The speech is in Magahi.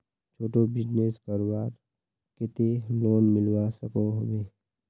छोटो बिजनेस करवार केते लोन मिलवा सकोहो होबे?